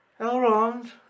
Elrond